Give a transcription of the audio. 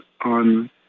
on